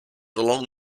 along